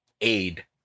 aid